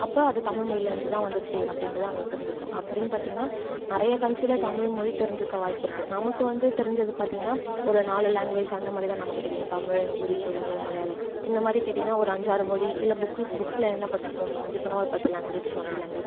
அப்போ அது தமிழ் மொழிலேருந்து தான் வந்துச்சு அப்படின்றது அவங்களுக்கு தெரிஞ்சுருக்கும் அப்படின்னு பார்த்தீங்கன்னா நிறைய கண்ட்ரியில் தமிழ் மொழி தெரிஞ்சுருக்க வாய்ப்பு இருக்குது நமக்கு வந்து தெரிஞ்சது பார்த்தீங்கன்னா ஒரு நாலு லாங்குவேஜ் அந்தமாதிரி தான் நமக்கு தெரியும் தமிழ் ஹிந்தி தெலுங்கு மலையாளம் இந்தமாதிரி கேட்டீங்கன்னா ஒரு ஐந்தாறு மொழி இல்லை புக்கு புக்ஸில் என்ன படிச்சிருப்போம் மிஞ்சி மிஞ்சி போனால் ஒரு பத்து லாங்குவேஜ் டொண்ட்டி லாங்குவேஜ்